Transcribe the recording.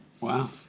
Wow